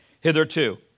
hitherto